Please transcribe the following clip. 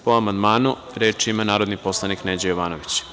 Po amandmanu, reč ima narodni poslanik Neđo Jovanović.